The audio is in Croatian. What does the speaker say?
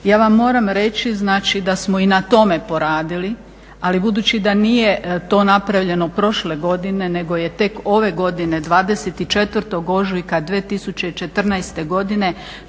ja vam moram reći da smo i na tome poradili. Ali budući da to nije napravljeno prošle godine nego je tek ove godine 24.ožujka 2014.godine